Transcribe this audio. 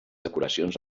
decoracions